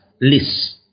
list